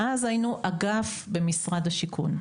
ואז היינו אגף במשרד השיכון,